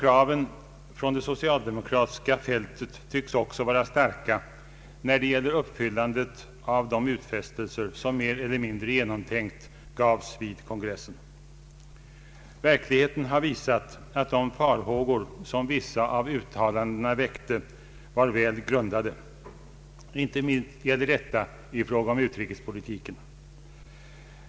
Kraven från det socialdemokratiska fältet tycks också vara starka när det gäller uppfyllandet av de utfästelser som mer eller mindre genomtänkt gavs vid kongressen. Verkligheten har visat att de farhågor som vissa av uttalandena väckte var väl grundade. Inte minst gäller detta i fråga om utrikespolitiken.